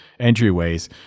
entryways